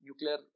nuclear